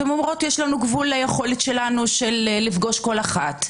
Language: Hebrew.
אתן אומרות: יש גבול ליכולת שלנו לפגוש כל אחת.